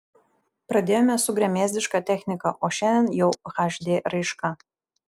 pradėjome su gremėzdiška technika o šiandien jau hd raiška